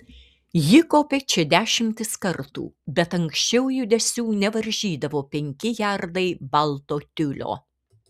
ji kopė čia dešimtis kartų bet anksčiau judesių nevaržydavo penki jardai balto tiulio